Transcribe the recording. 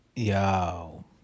Yo